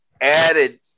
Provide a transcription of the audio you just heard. added